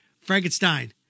Frankenstein